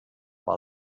war